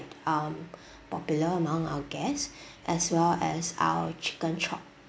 um popular among our guests as well as our chicken chop